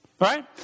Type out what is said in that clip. Right